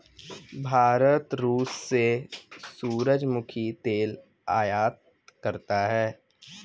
भारत रूस से सूरजमुखी तेल आयात करता हैं